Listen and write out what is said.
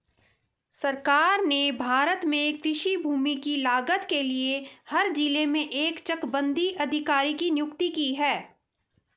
सरकार ने भारत में कृषि भूमि की लागत के लिए हर जिले में एक चकबंदी अधिकारी की नियुक्ति की है